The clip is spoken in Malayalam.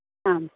ആ